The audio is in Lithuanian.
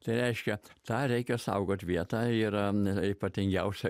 tai reiškia tą reikia saugoti vieta yra ypatingiausia